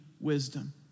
wisdom